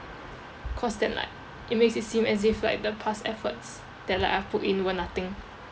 cause then like it makes it seem as if like the past efforts that like I've put in were nothing